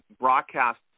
broadcast